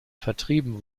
vertrieben